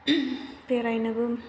बेरायनोबो